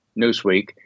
Newsweek